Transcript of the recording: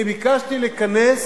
אני ביקשתי לכנס